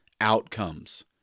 outcomes